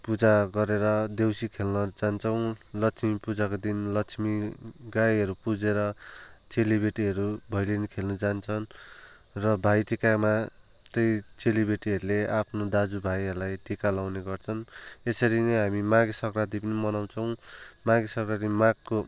पुजा गरेर देउसी खेल्न जान्छौँ लक्ष्मी पुजाको दिन लक्ष्मी गाईहरू पुजेर चेलीबेटीहरू भैलिनी खेल्न जान्छन् र भाइ टिकामा त्यही चेलीबेटीहरूले आफ्ना दाजु भाइहरूलाई टिका लाउने गर्छन् यसरी नै हामी माघे सङ्क्रान्ति पनि मनाउछौँ माघे सङ्क्रान्तिमा माघको